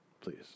please